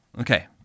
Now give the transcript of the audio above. Okay